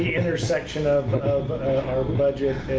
intersection of of our budget